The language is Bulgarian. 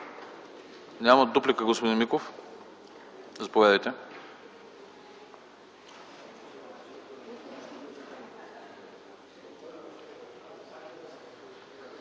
Няма. Дуплика – господин Бисеров. Заповядайте.